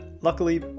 Luckily